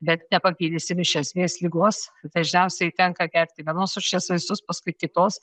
bet nepagydysim iš esmės ligos dažniausiai tenka gerti vienos rūšies vaistus paskui kitos